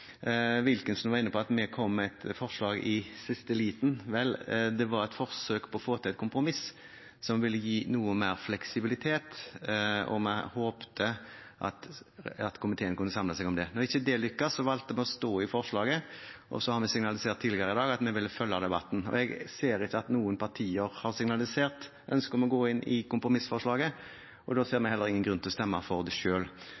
Wilkinson var inne på at vi kom med et forslag i siste liten. Vel, det var et forsøk på å få til et kompromiss som ville gi noe mer fleksibilitet, og vi håpet at komiteen kunne samle seg om det. Når det ikke lyktes, valgte vi å stå på forslaget. Så har vi signalisert tidligere i dag at vi ville følge debatten. Jeg ser ikke at noen partier har signalisert ønske om å gå inn for kompromissforslaget, og da ser vi heller ingen grunn til å stemme for det